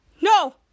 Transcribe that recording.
no